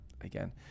again